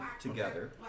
together